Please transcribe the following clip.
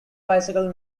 bicycle